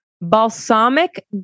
balsamic